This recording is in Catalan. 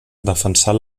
defensar